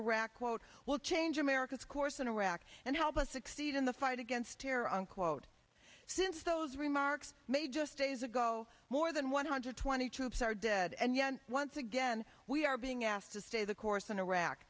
iraq quote will change america's course in iraq and help us succeed in the fight against terror unquote since those remarks may just days ago more than one hundred twenty troops are dead and yet once again we are being asked to stay the course in iraq